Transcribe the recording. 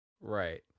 Right